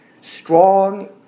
strong